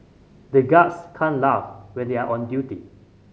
the guards can't laugh when they are on duty